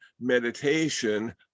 meditation